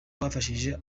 bafashije